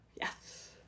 Yes